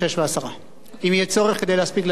כדי להספיק להצביע ולהודיע,